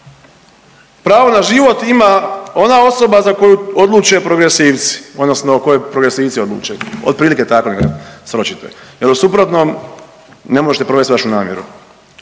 pravo na život ima ona osoba za koju odluče progresivci, odnosno koje progresivci odluče. Otprilike tako nekako sročite, jer u suprotnom, ne možete provesti vašu namjeru.